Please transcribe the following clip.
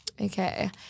Okay